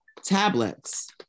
tablets